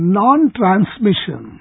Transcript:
non-transmission